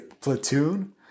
platoon